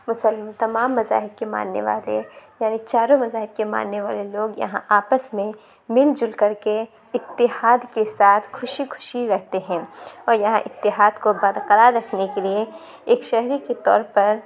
مسلم تمام مذاہب کے ماننے والے یعنی چاروں مذاہب کے ماننے والے لوگ یہاں آپس میں مل جل کر کے اتحاد کے ساتھ خوشی خوشی رہتے ہیں اور یہاں اتحاد کو برقرار رکھنے کے لیے ایک شہری کے طور پر